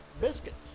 biscuits